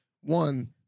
one